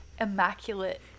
immaculate